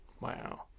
Wow